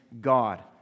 God